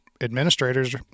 administrators